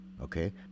okay